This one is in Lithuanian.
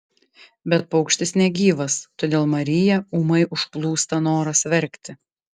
bet paukštis negyvas todėl mariją ūmai užplūsta noras verkti